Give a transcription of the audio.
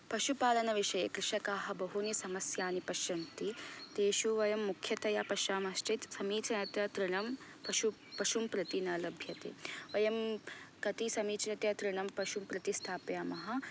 पशुपालन विषये कृषकाः बहूनि समस्यानि पश्यन्ति तेषु वयं मुख्यतया पश्यामश्चेत् समीचीनतया तृणं पशु पशुम्प्रति न लभ्यते वयं कति समीचीनतया तृणं पशुम्कृति स्थापयामः